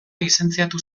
lizentziatu